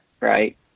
Right